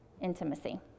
intimacy